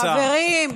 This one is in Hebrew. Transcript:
חברים.